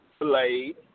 Blade